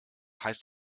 heißt